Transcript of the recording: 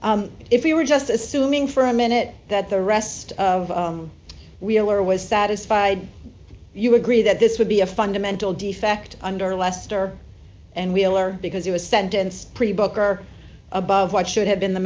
if we were just assuming for a minute that the rest of wheeler was satisfied you agree that this would be a fundamental defect under lester and wheeler because he was sentenced pre book or above what should have been the